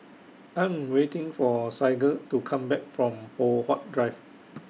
I Am waiting For Saige to Come Back from Poh Huat Drive